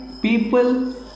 people